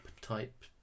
type